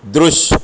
दृश्य